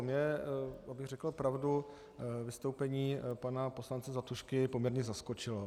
Mě, abych řekl pravdu, vystoupení pana poslance Zlatušky poměrně zaskočilo.